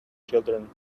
children